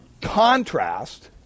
contrast